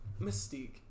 Mystique